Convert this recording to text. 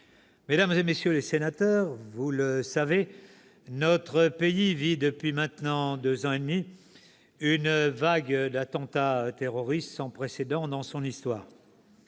Mesdames, messieurs les sénateurs, vous le savez, notre pays vit depuis maintenant deux ans et demi une vague d'attentats terroristes sans précédent dans son histoire.